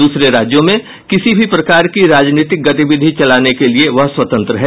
दूसरे राज्यों में किसी भी प्रकार की राजनीतिक गतिविधि चलाने के लिये वह स्वतंत्र है